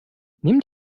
nimm